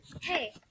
hey